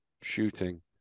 shooting